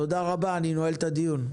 תודה רבה, אני נועל את הדיון.